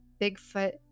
Bigfoot